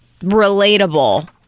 relatable